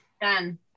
done